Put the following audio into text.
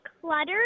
cluttered